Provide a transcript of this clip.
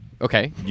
Okay